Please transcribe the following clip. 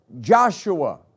Joshua